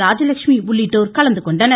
ராஜலட்சுமி உள்ளிட்டோர் கலந்துகொண்டனர்